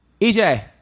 EJ